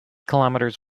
kilometres